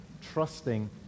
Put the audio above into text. trusting